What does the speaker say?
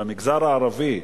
במגזר הערבי,